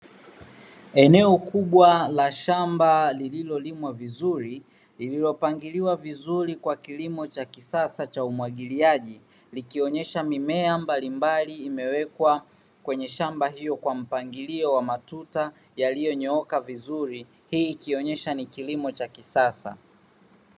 Eneo kubwa la shamba lililolimwa vizuri, lililopangiliwa vizuri kwa kilimo cha kisasa cha umwagiliaji, likionyesha mimea mbalimbali imewekwa kwenye shamba hiyo kwa mpangilio wa matuta yaliyonyooka vizuri, hii ikionyesha ni kilimo cha kisasa.